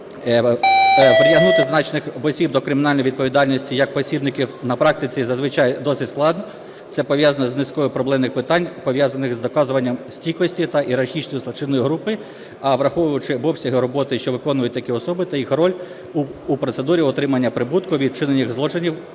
Притягнути зазначених осіб до кримінальної відповідальності як посібників на практиці зазвичай досить складно. Це пов'язано з низкою проблемних питань, пов'язаних з доказуванням стійкості та ієрархічності злочинної групи. А враховуючи обсяги роботи, що виконують такі особи та їх роль у процедурі отримання прибутку від вчинення їх злочинів,